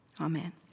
Amen